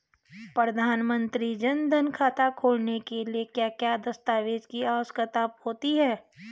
प्रधानमंत्री जन धन खाता खोलने के लिए क्या क्या दस्तावेज़ की आवश्यकता होती है?